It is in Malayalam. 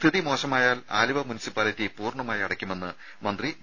സ്ഥിതി മോശമായാൽ ആലുവ മുനിസിപ്പാലിറ്റി പൂർണ്ണമായി അടയ്ക്കുമെന്ന് മന്ത്രി വി